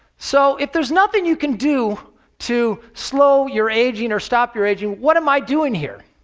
so, if there is nothing you can do to slow your aging or stop your aging, what am i doing here?